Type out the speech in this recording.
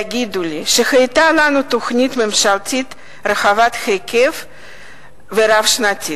יגידו לי שהיתה לנו תוכנית ממשלתית רחבת היקף ורב-שנתית,